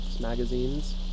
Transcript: magazines